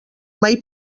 mai